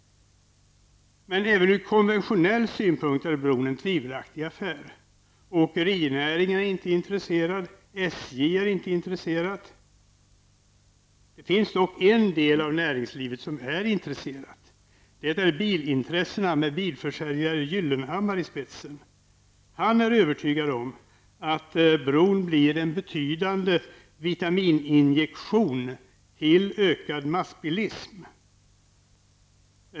Men även ur konventionenll synpunkt är bron en tvivelaktig affär. Åkerinäringen är inte intresserad. SJ är inte intresserat. Det finns dock en del av näringslivet som är intresserad. Det är bilintressena med bilförsäljare Gyllenhammar i spetsen. Han är övertygad om att bron blir en betydande vitamininjektion till ökad massbilism.